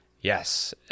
Yes